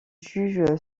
juge